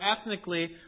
ethnically